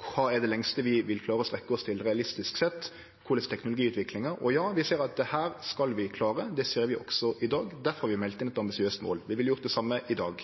Kva er det lengste vi vil klare å strekkje oss til, realistisk sett? Korleis er teknologiutviklinga? Og ja, vi ser at dette skal vi klare. Det ser vi også i dag. Difor har vi meldt inn eit ambisiøst mål, og vi ville gjort det same i dag.